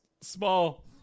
small